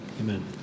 Amen